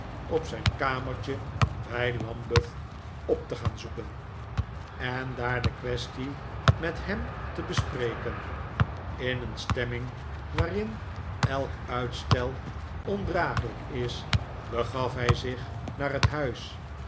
op zijn kamertje bij lambeth op te gaan onru'stbarende tee ken en zoeken en daar de quaestie met hem te bespreken in een stemming waarin elk uitstel ondraaglijk is begaf hij zich naar het huis